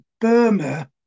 Burma